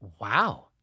Wow